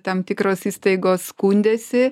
tam tikros įstaigos skundėsi